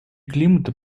климата